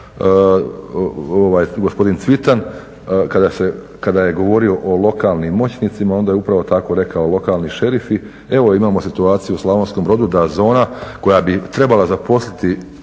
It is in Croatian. gospodin Cvitan, kada je govorio o lokalnim moćnicima, onda je upravo tako rekao lokalni šerifi. Evo, imamo situaciju u Slavonskom Brodu da zona koja bi trebala zaposliti